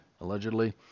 allegedly